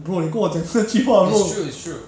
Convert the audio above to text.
bro 你跟我讲那句话 bro